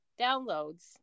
downloads